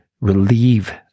relieve